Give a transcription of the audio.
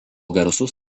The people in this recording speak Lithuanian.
garsus